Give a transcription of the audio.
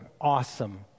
awesome